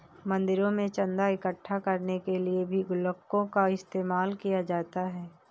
मंदिरों में चन्दा इकट्ठा करने के लिए भी गुल्लकों का इस्तेमाल किया जाता है